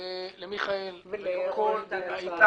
לאיתי.